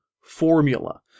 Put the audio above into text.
formula